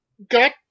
Got